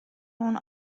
اون